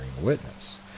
witness